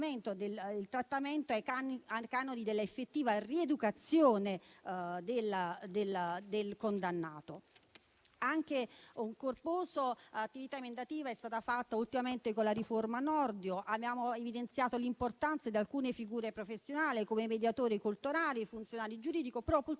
del trattamento ai canoni della effettiva rieducazione del condannato. Una corposa attività emendativa è stata fatta ultimamente anche con la riforma Nordio. Abbiamo evidenziato l'importanza di alcune figure professionali, come i mediatori culturali e i funzionari giuridici; purtroppo,